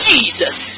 Jesus